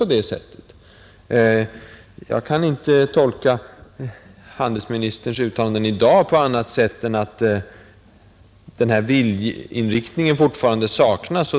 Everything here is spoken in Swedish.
Jag kan inte tolka handelsministerns uttalanden i dag på annat sätt än att denna viljeinriktning nu saknas.